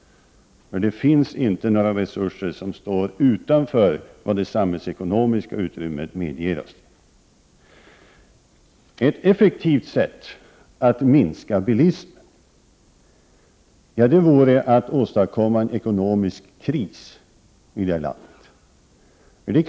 Det finns inte några resurser som står utanför vad det samhällsekonomiska utrymmet medger. Ett effektivt sätt att minska bilismen vore att åstadkomma en ekonomisk kris i landet.